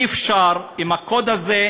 אי-אפשר עם הקוד הזה,